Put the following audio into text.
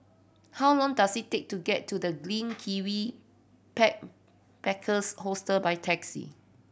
how long does it take to get to The Green Kiwi Pack Packers Hostel by taxi